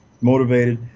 motivated